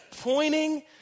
pointing